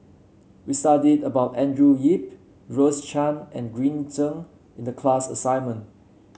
we studied about Andrew Yip Rose Chan and Green Zeng in the class assignment